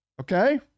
Okay